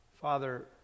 Father